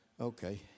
Okay